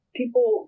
people